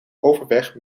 overweg